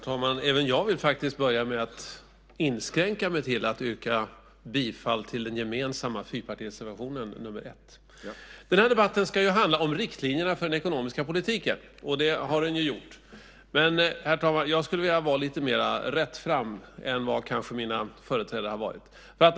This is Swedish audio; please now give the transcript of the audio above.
Herr talman! Även jag vill faktiskt börja med att inskränka mig till att yrka bifall till den gemensamma fyrpartireservationen nr 1. Den här debatten ska handla om riktlinjerna för den ekonomiska politiken. Det har den ju gjort. Men, herr talman, jag skulle vilja vara lite mer rättfram än mina företrädare kanske har varit.